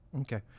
okay